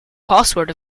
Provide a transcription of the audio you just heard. password